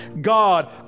God